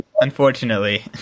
unfortunately